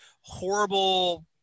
horrible